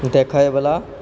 देखयवला